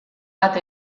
bat